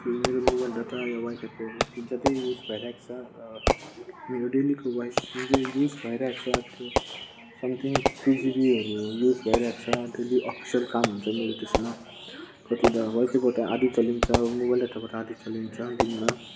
मेरो mobile data या वाइफाईको ज्यादै युज भइरहेको छ मेरो डेलीको वाइज युज भइरहेको छ समथिङ टु जिबीहरू युज भइरहेको छ डेली अफिसियल काम हुन्छ मेरो त्यसमा कति त वाइफाईबाट आधी चलिन्छ मोबाइल डेटाबाट आधी चलिन्छ दिनमा